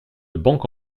banque